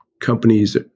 companies